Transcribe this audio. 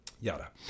yada